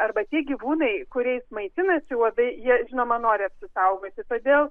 arba tie gyvūnai kuriais maitinasi uodai jie žinoma nori apsisaugoti todėl